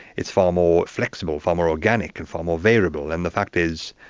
it's far more flexible, far more organic, and far more variable. and the fact is,